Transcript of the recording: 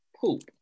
poop